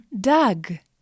dag